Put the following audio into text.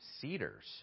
cedars